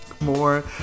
more